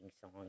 song